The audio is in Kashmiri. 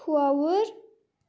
کھووُر